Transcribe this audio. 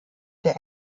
der